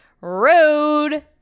Rude